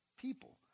people